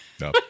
No